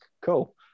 Cool